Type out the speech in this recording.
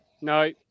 no